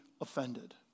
offended